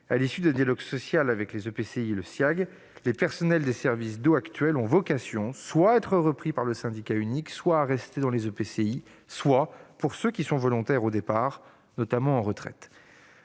À l'issue du dialogue social conduit avec les EPCI et le Siaeag, les personnels des services de l'eau actuellement en poste ont vocation, soit à être repris par le syndicat unique, soit à rester dans les EPCI, soit à partir pour ceux qui sont volontaires au départ, notamment à la retraite.